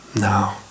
No